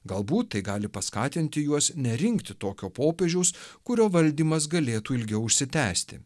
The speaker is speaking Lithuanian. galbūt tai gali paskatinti juos nerinkti tokio popiežiaus kurio valdymas galėtų ilgiau užsitęsti